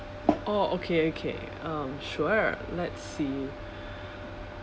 oh okay okay um sure let's see